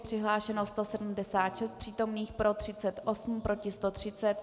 Přihlášeno 176 přítomných, pro 38, proti 130.